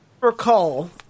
recall